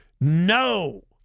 No